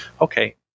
Okay